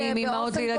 אימהות לילדים